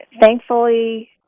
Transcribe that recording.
Thankfully